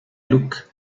luc